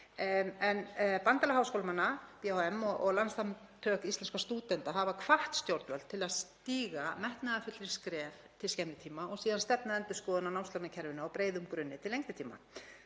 að Bandalag háskólamanna, BHM, og landssamtök íslenskra stúdenta hafa hvatt stjórnvöld til að stíga metnaðarfyllri skref til skemmri tíma og síðan stefna að endurskoðun á námslánakerfinu á breiðum grunni til lengri tíma.